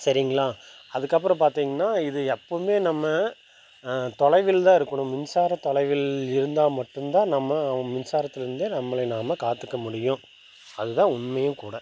சரிங்களா அதுக்கப்புறம் பார்த்தீங்கன்னா இது எப்போவுமே நம்ம தொலைவில் தான் இருக்கணும் மின்சாரம் தொலைவில் இருந்தா மட்டும்தான் நம்ம மின்சாரத்துல இருந்து நம்மளை நாம காத்துக்க முடியும் அது தான் உண்மையும் கூட